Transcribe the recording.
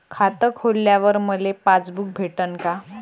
खातं खोलल्यावर मले पासबुक भेटन का?